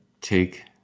take